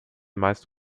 meist